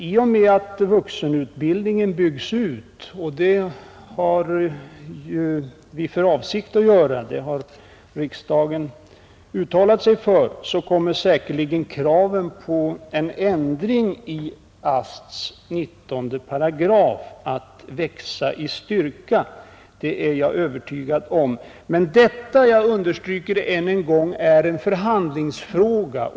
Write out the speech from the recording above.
I och med att vuxenutbildningen byggs ut — och riksdagen har ju uttalat sig för en sådan utbyggnad — kommer säkerligen kraven på en ändring i 19 § AST att växa i styrka. Det är jag övertygad om. Men detta — jag understryker det än en gång — är en förhandlingsfråga.